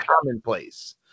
commonplace